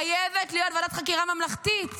חייבת להיות ועדת חקירה ממלכתית.